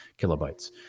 kilobytes